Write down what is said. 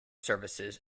services